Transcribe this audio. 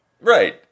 Right